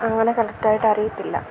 അങ്ങനെ കറക്റ്റ് ആയിട്ട് അറിയത്തില്ല